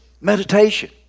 Meditation